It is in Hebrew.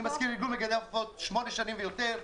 אני מזכיר ארגון מגדלי העופות שמונה שנים ויותר,